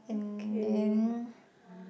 and then